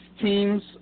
teams